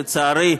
לצערי,